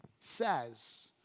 says